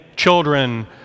children